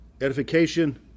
Edification